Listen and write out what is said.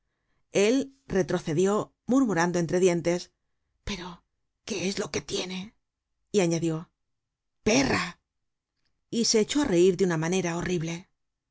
el retrocedió murmurando entre dientres pero qué es lo que tiene y añadió perra y se echó á reir de una manera horrible